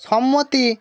সম্মতি